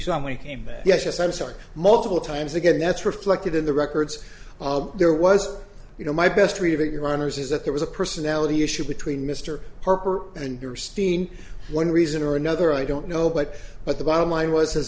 back yes yes i'm sorry multiple times again that's reflected in the records there was you know my best read of your honor's is that there was a personality issue between mr parker and your steen one reason or another i don't know but but the bottom line was